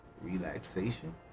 relaxation